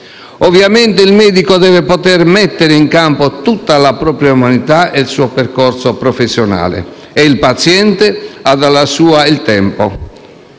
Ovviamente, il medico deve poter mettere in campo tutta la propria umanità e il suo percorso professionale. E il paziente ha dalla sua il tempo,